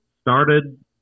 started